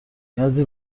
نیازی